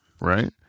Right